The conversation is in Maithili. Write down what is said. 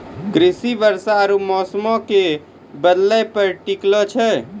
कृषि वर्षा आरु मौसमो के बदलै पे टिकलो छै